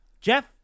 Jeff